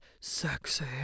sexy